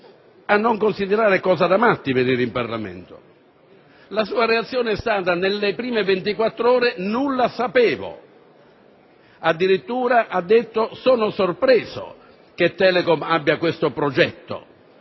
non considerare cosa da matti venire in Parlamento! La sua reazione è stata nelle prime 24 ore di dire che nulla sapeva! Addirittura ha detto: «Sono sorpreso che Telecom abbia questo progetto».